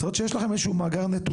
זאת אומרת שיש לכם איזה שהוא מאגר נתונים.